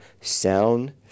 sound